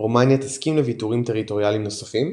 רומניה תסכים לויתורים טריטוריאליים נוספים?,